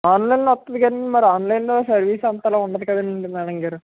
ఆన్లైన్లో వత్తది కదండీ కాని ఆన్లైన్ లో సర్వీస్ అంతలా ఉండదు కందండి మేడం గారు